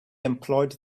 employed